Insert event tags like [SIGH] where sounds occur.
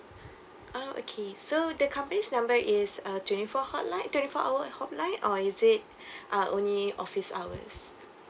oh okay so the company's number is uh twenty four hotline twenty four hour hotline or is it [BREATH] uh only office hours